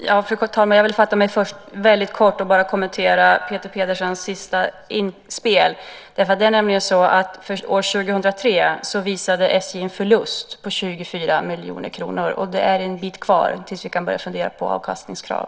Fru talman! Jag vill fatta mig väldigt kort och bara kommentera Peter Pedersens sista inspel. För år 2003 visade SJ en förlust på 24 miljoner kronor. Det är en bit kvar tills vi kan börja fundera på avkastningskrav.